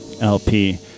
LP